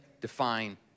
define